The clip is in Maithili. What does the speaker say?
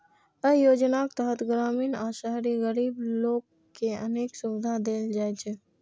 अय योजनाक तहत ग्रामीण आ शहरी गरीब लोक कें अनेक सुविधा देल जाइ छै